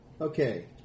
Okay